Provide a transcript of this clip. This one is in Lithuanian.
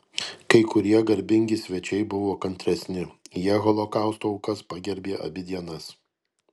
kai kurie garbingi svečiai buvo kantresni jie holokausto aukas pagerbė abi dienas